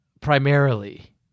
primarily